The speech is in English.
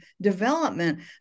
development